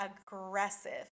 aggressive